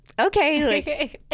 okay